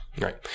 Right